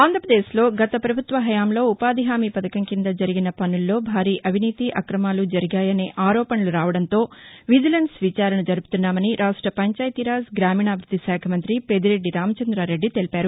ఆంధ్రప్రదేశ్ లో గత ప్రభుత్వ హయాంలో ఉపాధి హామీ పథకం కింద జరిగిన పనుల్లో భారీ అవినీతి అక్రమాలు జరిగాయనే ఆరోపణలు రావడంతో విజిలెన్న్ విచారణ జరుపుతున్నామని రాష్ట పంచాయతీరాజ్ గ్రామీణాభివృద్ధిశాఖ మంత్రి పెద్దిరెడ్డి రామచంద్రారెడ్డి తెలిపారు